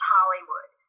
Hollywood